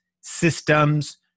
systems